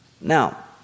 Now